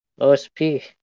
OSP